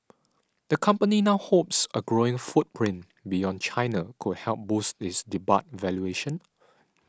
the company now hopes a growing footprint beyond China could help boost its debut valuation